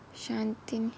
shanthini